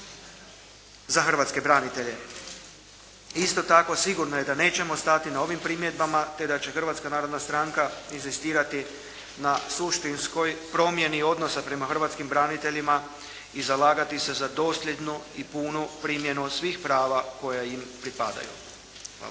hrvatske branitelje. Isto tako sigurno je da nećemo stati na ovim primjedbama te da će Hrvatska narodna stranka inzistirati na suštinskoj promjeni odnosa prema hrvatskim braniteljima i zalagati se za dosljednu i punu primjenu svih prava koja im pripadaju. Hvala.